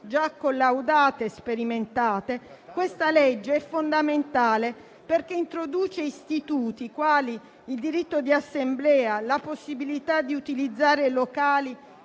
già collaudate e sperimentate, questa legge è fondamentale, perché introduce istituti quali il diritto di assemblea, la possibilità di utilizzare locali